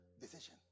decision